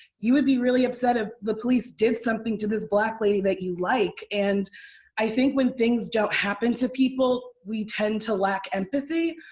you would be really upset if ah the police did something to this black lady that you like. and i think when things don't happen to people, we tend to lack empathy,